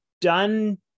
done